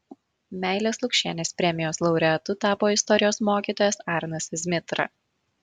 meilės lukšienės premijos laureatu tapo istorijos mokytojas arnas zmitra